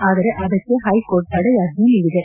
ಆದರೆ ಅದಕ್ಕೆ ಹೈಕೋರ್ಟ್ ತಡೆಯಾಜ್ಜೆ ನೀಡಿದೆ